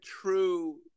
true